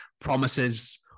promises